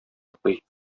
йоклый